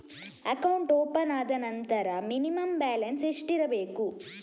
Account open ಆದ ನಂತರ minimum balance ಎಷ್ಟಿರಬೇಕು?